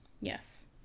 Yes